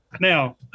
Now